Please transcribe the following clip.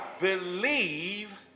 Believe